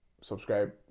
subscribe